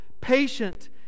patient